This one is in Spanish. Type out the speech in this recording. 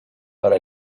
para